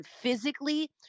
physically